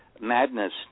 madness